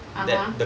(uh huh)